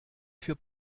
für